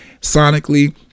sonically